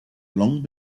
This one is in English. long